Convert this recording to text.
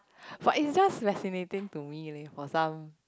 but it's just fascinating to me leh for some